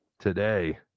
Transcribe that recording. today